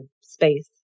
space